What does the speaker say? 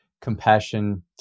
compassion